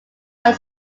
are